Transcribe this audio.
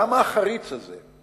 למה החריץ הזה?